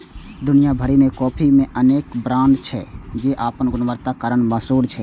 दुनिया भरि मे कॉफी के अनेक ब्रांड छै, जे अपन गुणवत्ताक कारण मशहूर छै